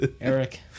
Eric